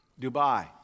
Dubai